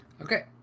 Okay